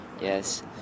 Yes